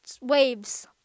waves